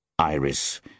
Iris